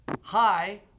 hi